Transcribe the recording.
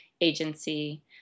agency